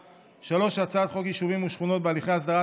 3. הצעת חוק יישובים ושכונות בהליכי הסדרה,